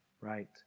right